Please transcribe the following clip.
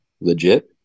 Legit